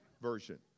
version